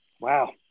Wow